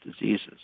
diseases